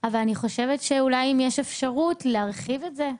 אבל אני חושבת שאולי יש אפשרות להרחיב את זה.